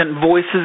voices